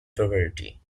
poverty